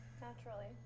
Naturally